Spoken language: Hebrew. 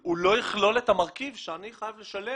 הוא לא יכלול את המרכיב שאני חייב לשלם